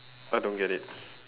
I don't get it